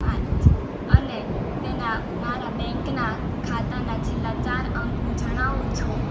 પાંચ અને તેના મારાં બેન્કનાં ખાતાના છેલ્લા ચાર અંક હું જણાવું છું